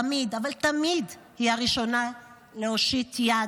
תמיד, אבל תמיד, היא הראשונה להושיט יד,